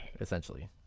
essentially